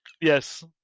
Yes